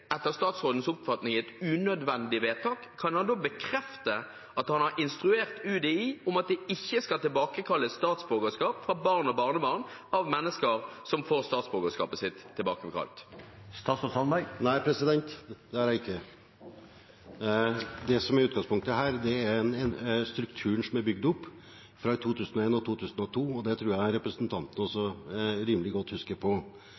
etter statsrådens oppfatning unødvendig vedtak, kan han da bekrefte at han har instruert UDI om at de ikke skal tilbakekalle statsborgerskap for barn og barnebarn av mennesker som får statsborgerskapet sitt tilbakekalt? Nei, det har jeg ikke. Det som er utgangspunktet her, er en struktur som er bygd opp fra 2001 og 2002, og det tror jeg representanten også